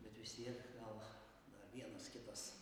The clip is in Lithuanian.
bet vis tiek gal vienas kitas